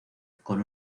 con